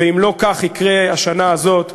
ואם לא כך יקרה השנה הזאת,